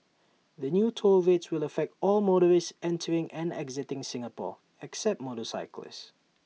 the new toll rates will affect all motorists entering and exiting Singapore except motorcyclists